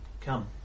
Come